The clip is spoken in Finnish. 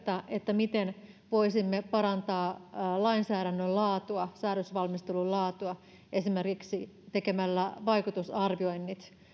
miten voisimme parantaa lainsäädännön laatua säädösvalmistelun laatua esimerkiksi tekemällä vaikutusarvioinnit